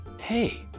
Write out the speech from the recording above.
Hey